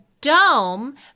dome